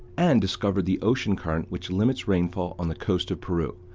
and discovered the ocean current, which limits rainfall on the coast of peru,